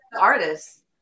Artists